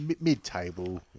Mid-table